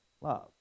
Love